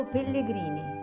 Pellegrini